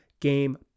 game